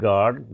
God